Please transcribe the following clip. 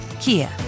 Kia